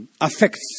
Affects